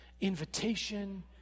invitation